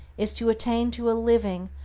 is to attain to a living,